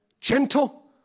Gentle